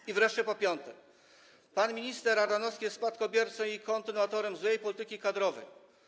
I wreszcie po piąte, pan minister Ardanowski jest spadkobiercą i kontynuatorem złej polityki kadrowej.